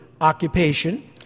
occupation